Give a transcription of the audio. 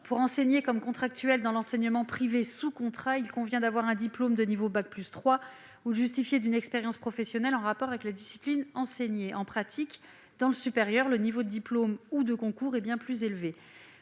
Pour enseigner, comme contractuel, dans l'enseignement privé sous contrat, il convient d'avoir un diplôme de niveau bac+3 ou de justifier d'une expérience professionnelle en rapport avec la discipline enseignée ; en pratique, dans le supérieur, le niveau de diplôme ou de concours est bien plus élevé.